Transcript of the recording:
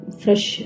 fresh